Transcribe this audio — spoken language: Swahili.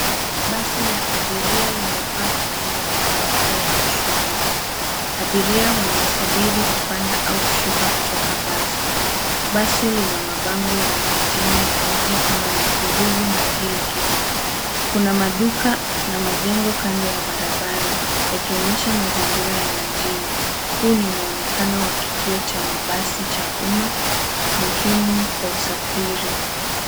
Basi la abiria limepaki kando ya barabara yenye shughuli. Abiria wanasubiri kupanda au kushuka kutoka basi. Basi lina mabango yenye majina ya miji kama Nyahururu na Gilgil. Kuna maduka na majengo kando ya barabara yakionyesha mazingira ya mjini. Huu ni muonekano wa kituo cha mabasi cha umma muhimu kwa usafiri.